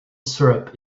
syrup